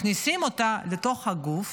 מכניסים אותה לתוך הגוף,